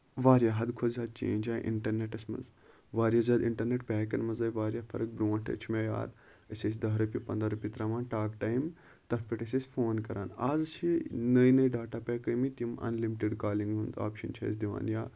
واریاہ حدٕ کھۄتہٕ زیادٕ چینج آیہِ اِنٹرنیٹس منٛز واریاہ زیادٕ اِنٹرنیٹ پیکَن منٛز آیہِ واریاہ فرق برونٹھ چھُ مےٚ یاد أسۍ ٲسۍ دہ رۄپیہِ پَنداہ رۄپیہِ تراوان ٹاک ٹایم تَتھ پٮ۪ٹھ ٲسۍ أسۍ فون کران آز چھِ نٔے نٔے ڈاٹا پیک ٲمٕتۍ تِم انلِمٹِڈ کالِنگ ہُند آپشن چھ اسہِ دِوان یا